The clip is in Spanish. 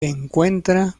encuentra